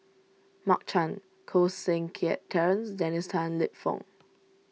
Mark Chan Koh Seng Kiat Terence and Dennis Tan Lip Fong